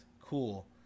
Cool